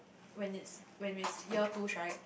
when it's when it's year two right